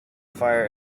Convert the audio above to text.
fire